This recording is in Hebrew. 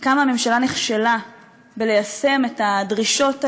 וכמה הממשלה נכשלה ביישום הדרישות האלה,